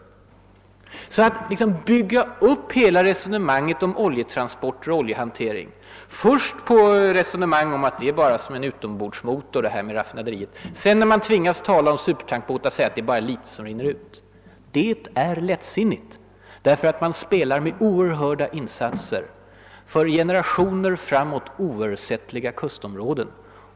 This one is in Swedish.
Det är lättsinnigt att bygga upp hela resonemanget om oljetransporter och oljehantering på att det bara rinner ut litet ur supertankerbåtar. Man spelar då med oerhörda insatser: för generationer framåt oersättliga kustområden.